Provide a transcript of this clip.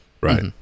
Right